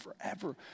forever